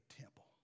temple